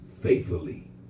faithfully